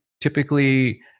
typically